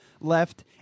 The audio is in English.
left